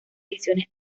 ediciones